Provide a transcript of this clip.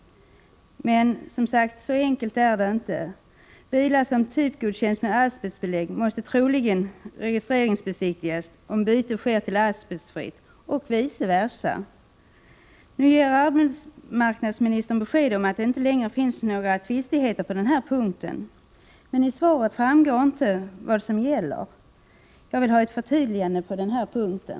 Men, som sagt, så enkelt är det inte. Bilar som typgodkänts med asbestbelägg måste troligen registreringsbesiktigas om byte sker till asbestfritt belägg och vice versa. Nu ger arbetsmarknadsministern besked om att det inte längre finns några tvistigheter på den här punkten. Men av svaret framgår inte vad som gäller. Jag vill ha ett förtydligande på den här punkten.